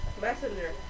messenger